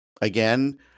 again